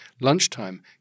lunchtime